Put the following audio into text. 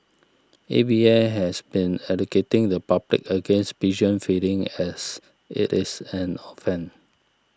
A V A has been educating the public against pigeon feeding as it is an offence